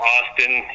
Austin